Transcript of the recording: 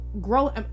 grow